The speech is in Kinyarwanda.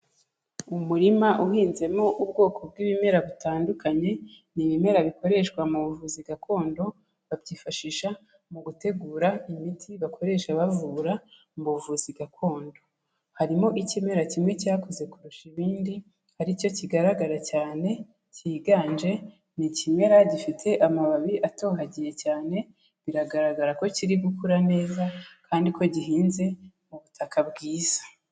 Umurima uhinzemo ubwoko bw'ibimera bitandukanye, n'ibimera bikoreshwa mu buvuzi gakondo, babyifashisha mu gutegura imiti bakoresha bavura mu buvuzi gakondo, harimo ikimera kimwe cyakuze kurusha ibindi, aricyo kigaragara cyane, cyiganje, ni ikimera gifite amababi atohagiye cyane, biragaragara ko kiri gukura neza, kandi ko gihinze mu butaka bwiza.